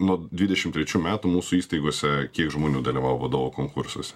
nuo dvidešimt trečių metų mūsų įstaigose kiek žmonių dalyvavo vadovo konkursuose